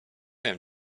wiem